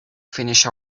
finish